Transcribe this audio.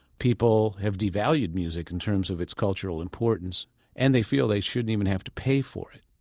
people have devalued music in terms of its cultural important and they feel they shouldn't even have to pay for it.